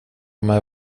med